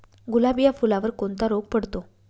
गुलाब या फुलावर कोणता रोग पडतो?